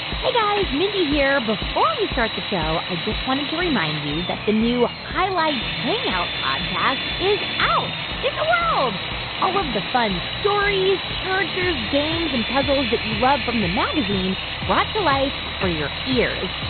hey, guys, mindy here. before we start the show, i just wanted to remind you that the new highlights hangout podcast is out in the world all of the fun stories, characters, games and puzzles that you love from the magazine brought to life for your ears.